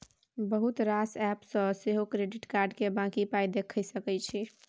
बहुत रास एप्प सँ सेहो क्रेडिट कार्ड केर बाँकी पाइ देखि सकै छी